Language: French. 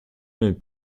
mes